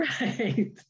Right